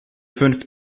fünf